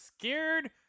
scared